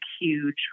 huge